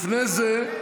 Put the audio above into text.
לפני זה,